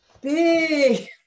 Big